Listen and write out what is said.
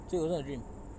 so it was not a dream